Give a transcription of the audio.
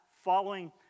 following